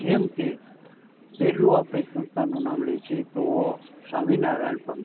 જેમકે પહેલું આપણે સંસ્થાનું નામ લઈએ છે તો સ્વામિનારાયણ પંથ